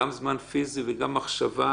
גם זמן פיזי וגם מחשבה.